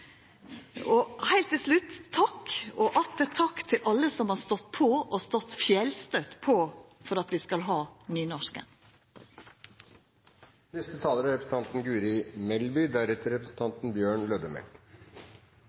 til slutt: Takk og atter takk til alle som har stått på – og stått fjellstøtt på – for at vi skal ha